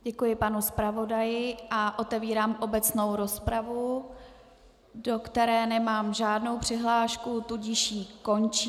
Děkuji panu zpravodaji a otevírám obecnou rozpravu, do které nemám žádnou přihlášku, tudíž ji končím.